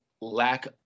lack